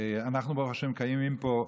אנחנו, ברוך השם, קיימים פה,